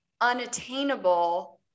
unattainable